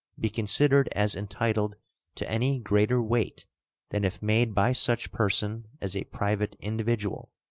be considered as entitled to any greater weight than if made by such person as a private individual.